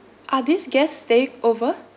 are these guest staying over